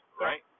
right